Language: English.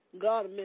God